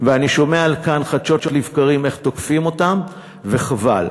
חדשות לבקרים איך תוקפים אותם, וחבל.